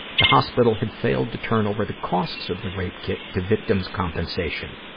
the hospital had failed to turn over the costs of the rape kit to victims' compensation.